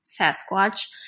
Sasquatch